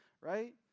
right